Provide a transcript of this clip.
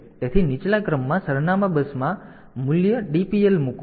તેથી નીચલા ક્રમમાં સરનામા બસમાં મૂલ્ય DPL મૂકો